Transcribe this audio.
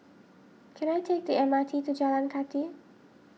can I take the M R T to Jalan Kathi